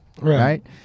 right